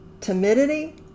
Timidity